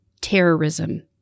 terrorism